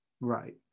Right